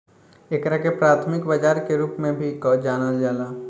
एकरा के प्राथमिक बाजार के रूप में भी जानल जाला